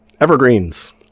evergreens